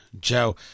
Joe